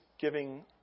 giving